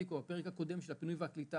אליקו, בפרק הקודם של הפינוי והקליטה,